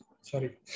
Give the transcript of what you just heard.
sorry